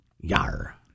Yar